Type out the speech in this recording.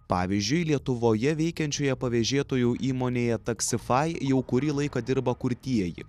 pavyzdžiui lietuvoje veikiančioje pavėžėtojų įmonėje taksifai jau kurį laiką dirba kurtieji